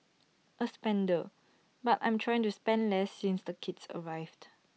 A spender but I'm trying to spend less since the kids arrived